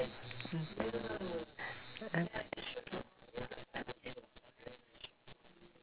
mm mm